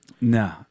No